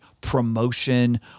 promotion